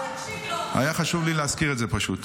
היה חשוב לי להזכיר את זה פשוט.